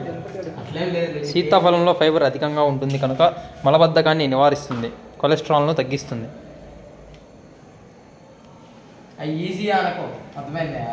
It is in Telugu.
సీతాఫలంలో ఫైబర్ అధికంగా ఉంటుంది కనుక మలబద్ధకాన్ని నివారిస్తుంది, కొలెస్ట్రాల్ను తగ్గిస్తుంది